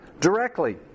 directly